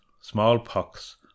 smallpox